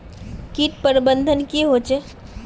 किट प्रबन्धन की होचे?